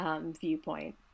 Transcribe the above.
viewpoint